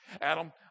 Adam